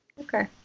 Okay